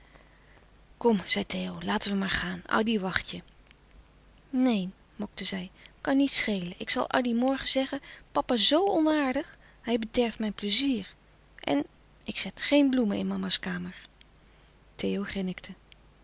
kom zei theo laten we maar gaan addy wacht je neen mokte zij kan niet schelen ik zal addy morgen zeggen papa zoo onaardig hij bederft mijn plezier en ik zet geen bloemen in mama's kamer theo